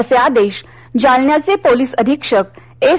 असे आदेश जालन्याचे पोलीस अधीक्षक एस